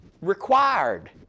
Required